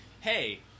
hey